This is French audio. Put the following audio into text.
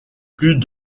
plus